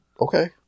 Okay